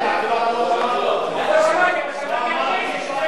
אז הוא דיבר על החרדים.